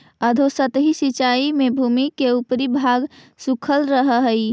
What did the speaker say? अधोसतही सिंचाई में भूमि के ऊपरी भाग सूखल रहऽ हइ